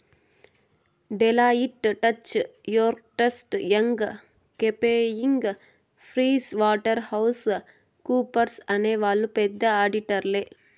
Deloitte, Touche Ernst, Young KPMG Price Waterhouse హౌస్ కూపర్స్అనే వాళ్ళు పెద్ద ఆడిటర్లే